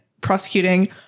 prosecuting